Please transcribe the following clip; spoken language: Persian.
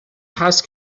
هست